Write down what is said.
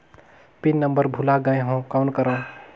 Pin number भुला गयें हो कौन करव?